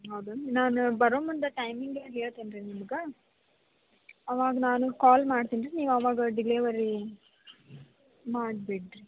ಹೌದೇನು ನಾನು ಬರೋ ಮುಂದ ಟೈಮಿಂಗ್ ಹೇಳ್ತೇನೆ ರೀ ನಿಮ್ಗೆ ಅವಾಗ ನಾನು ಕಾಲ್ ಮಾಡ್ತೀನಿ ರೀ ನೀವು ಅವಾಗ ಡಿಲೆವರಿ ಮಾಡಿ ಬಿಡಿರಿ